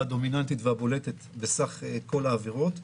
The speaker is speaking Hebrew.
הדומיננטית והבולטת בסך כול העבירות,